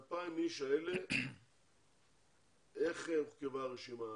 ה-2,000 אנשים האלה, איך הורכבה הרשימה?